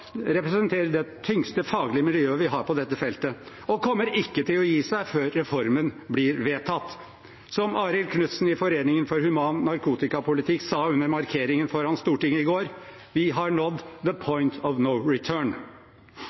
representerer det tyngste faglige miljøet vi har på dette feltet, og kommer ikke til å gi seg før reformen blir vedtatt. Som Arild Knutsen i Foreningen for human narkotikapolitikk sa under markeringen foran Stortinget i går: Vi har nådd «the point of no return».